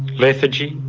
lethargy,